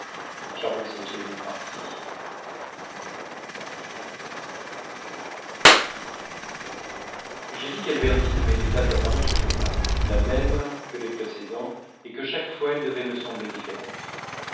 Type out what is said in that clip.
j'ai dit qu'albertine ne m'était pas apparue ce jour-là la même que les précédents et que chaque fois elle devait me sembler différente